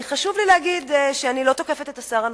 חשוב לי להגיד שאני לא תוקפת את השר הנוכחי,